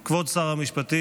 כבוד שר המשפטים,